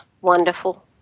wonderful